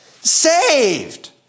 saved